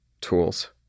tools